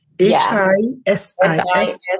H-I-S-I-S